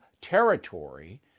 territory